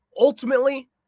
Ultimately